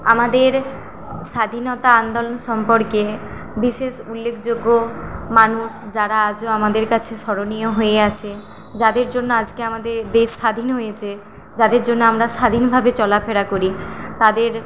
আমাদের স্বাধীনতা আন্দোলন সম্পর্কে বিশেষ উল্লেখযোগ্য মানুষ যারা আজও আমাদের কাছে স্মরণীয় হয়ে আছে যাদের জন্য আজকে আমাদের দেশ স্বাধীন হয়েছে যাদের জন্য আমরা স্বাধীনভাবে চলা ফেরা করি তাদের